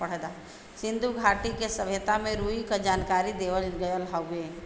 सिन्धु घाटी के सभ्यता में भी रुई क जानकारी देवल गयल हउवे